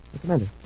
Commander